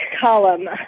column